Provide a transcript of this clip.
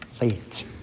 late